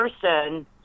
person